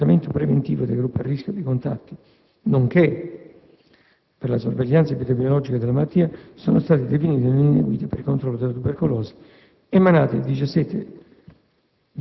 e il trattamento preventivo dei gruppi a rischio e dei contatti, nonché per la sorveglianza epidemiologica della malattia, sono stati definiti nelle "Linee guida per il controllo della tubercolosi" emanate il